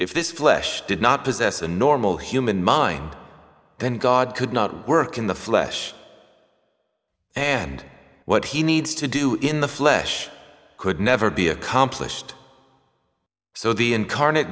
if this flesh did not possess a normal human mind then god could not work in the flesh and what he needs to do in the flesh could never be accomplished so the incarnate